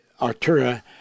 Artura